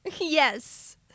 yes